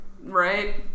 Right